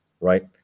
right